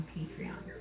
Patreon